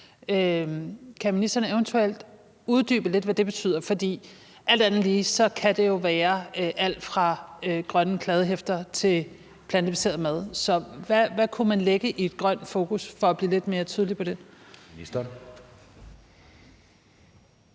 Kan ministeren eventuelt uddybe lidt, hvad det betyder? For alt andet lige kan det jo være alt fra grønne kladdehæfter til plantebaseret mad. Så hvad ligger der i et »grønt fokus«? Det er bare, for at det lidt mere